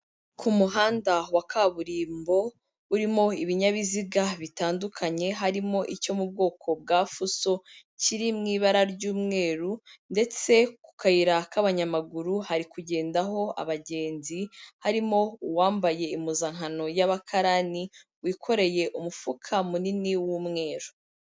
Ku muhanda wa kaburimbo urimo ibinyabiziga bitandukanye harimo icyo mu bwoko bwa fuso, kiri mu ibara ry'umweru ndetse ku kayira k'abanyamaguru hari kugendaho abagenzi harimo uwambaye impuzankano y'abakarani wikoreye umufuka munini w'umweru.